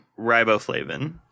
Riboflavin